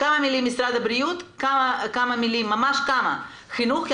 אחריו כמה מילים ממשרד הבריאות וכמה מילים ממשרד החינוך.